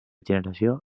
generació